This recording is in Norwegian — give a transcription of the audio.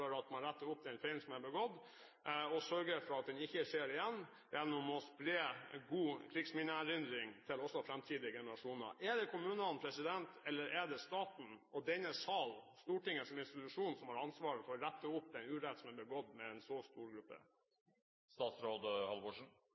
at man retter opp den feilen som er begått, og sørger for at det ikke skjer igjen, gjennom å spre god krigsminneerindring også til framtidige generasjoner? Er det kommunene, eller er det staten og denne sal, Stortinget som institusjon, som har ansvaret for å rette opp den urett som er begått mot en så stor gruppe?